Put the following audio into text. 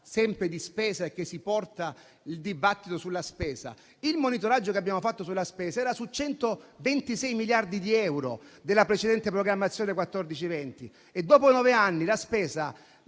sempre di spesa e che si porta il dibattito sulla spesa; il monitoraggio che abbiamo fatto, sulla spesa era su 126 miliardi di euro della precedente programmazione 2014-2020 e dopo nove anni la spesa,